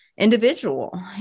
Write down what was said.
individual